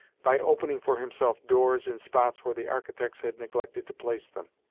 by opening for himself doors in spots where the architects had neglected to place them.